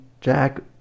Jack